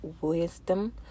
wisdom